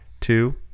two